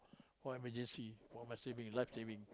for my emergency for my saving life saving